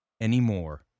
anymore